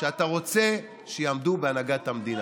שאתה רוצה שיעמדו בהנהגת המדינה.